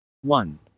one